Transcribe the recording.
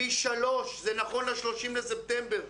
זה נכון ל-30 בספטמבר,